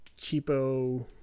cheapo